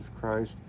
Christ